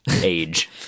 age